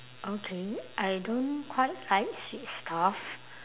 okay I don't quite like sweet stuff